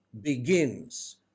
begins